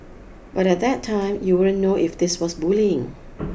but at that time you wouldn't know if this was bullying